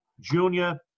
junior